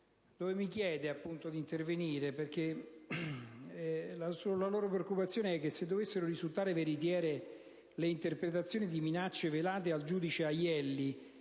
dove mi si chiede di intervenire. La loro preoccupazione è che, se dovessero risultare veritiere le interpretazioni di minacce velate al giudice Aielli,